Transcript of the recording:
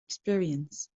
experience